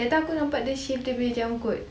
that time aku nampak dia shave dia punya janggut